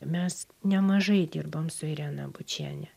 mes nemažai dirbom su irena bučiene